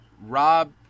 rob